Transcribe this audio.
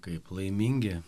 kaip laimingi